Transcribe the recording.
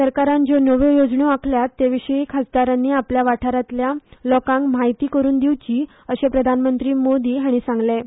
सरकारान ज्यो नव्यो येवजण्यो आंखल्यात ते विशीं खासदारांनी आपल्या वाठारांतल्या लोकांक माहिती करून दिवची अशें प्रधानमंत्री मोदी हांणी सांगलें